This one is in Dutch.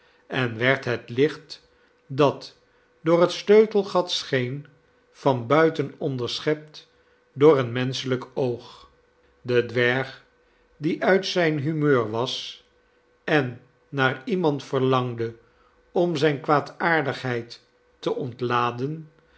en werd het licht dat door het sleutelgat scheen van buiten onderschept door een menschelijk oog de dwerg die uit zijn humeur was en naar iemand verlangde om zijne kwaadaardigheid te ontladen